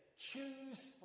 Choose